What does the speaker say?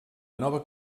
nova